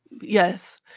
Yes